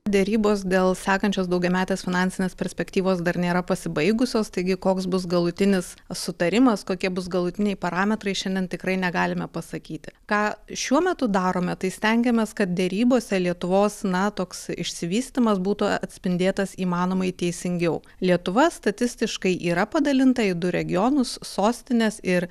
derybos dėl sekančios daugiametės finansinės perspektyvos dar nėra pasibaigusios taigi koks bus galutinis sutarimas kokie bus galutiniai parametrai šiandien tikrai negalime pasakyti ką šiuo metu darome tai stengiamės kad derybose lietuvos na toks išsivystymas būtų atspindėtas įmanomai teisingiau lietuva statistiškai yra padalinta į du regionus sostinės ir